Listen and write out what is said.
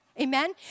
Amen